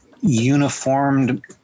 uniformed